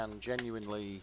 genuinely